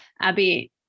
Abby